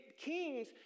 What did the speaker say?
kings